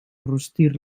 rostir